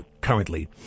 currently